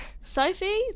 Sophie